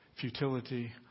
futility